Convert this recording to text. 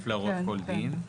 בהתאם להוראות כל דין.